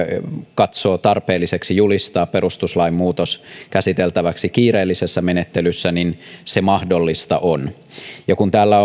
katsoo tarpeelliseksi julistaa perustuslain muutoksen käsiteltäväksi kiireellisessä menettelyssä niin se on mahdollista kun täällä